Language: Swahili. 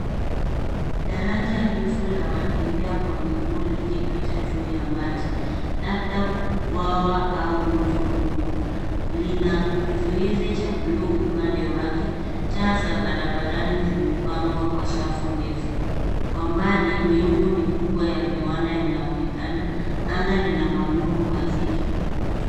Daraja refu la watembea kwa miguu likipita juu ya maji, labda bwawa au mto mkubwa mkubwa. Lina kisuizi cha buluu upande wake, taa za barabarani zimepangwa kwa safu ndefu. Kwa mbali, miundo mikubwa ya viwanda inaonekana. Anga lina mawingu mazito.